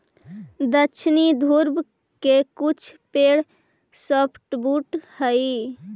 दक्षिणी ध्रुव के कुछ पेड़ सॉफ्टवुड हइ